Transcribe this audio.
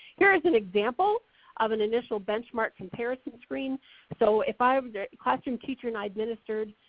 here is an example of an initial benchmark comparison screen so if i'm the classroom teacher and i administered,